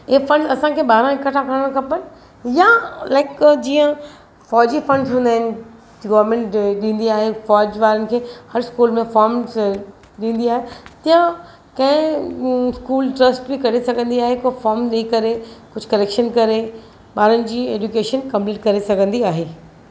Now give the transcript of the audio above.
इहो फ़ंड असांखे ॿाहिरां इकठा करिणा खपनि या लाइक जीअं फौजी फ़ंड्स हूंदा आहिनि गवरमेंट ॾींदी आहे फौज वारनि खे हर स्कूल में फॉर्म्स ॾींदी आहे तीअं कंहिं स्कूल ट्रस्ट बि करे सघंदी आहे हिकु फॉर्म ॾेई करे कुझु करेक्शन करे ॿारनि जी एड्युकेशन कंप्लिट करे सघंदी आहे